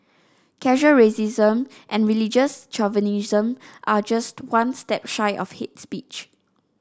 casual racism and religious chauvinism are just one step shy of hit speech